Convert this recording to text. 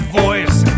voice